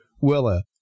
willa